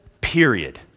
period